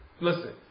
listen